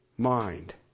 Mind